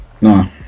No